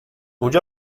onde